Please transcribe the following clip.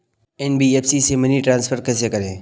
NBFC से money transfer कैसे करें?